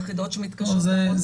יחידות שמתקשות לעמוד בזמנים.